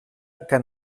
que